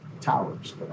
towers